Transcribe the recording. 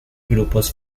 grupos